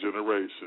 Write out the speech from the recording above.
generation